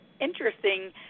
interesting